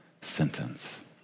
sentence